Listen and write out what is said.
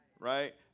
right